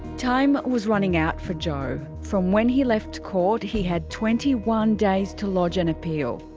time was running out for joe. from when he left court, he had twenty one days to lodge an appeal.